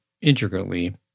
intricately